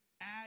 add